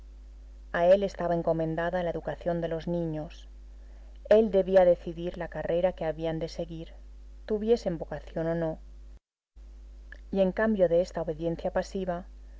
a él estaba encomendada la educación de los niños él debía decidir la carrera que habían de seguir tuviesen vocación o no y en cambio de esta obediencia pasiva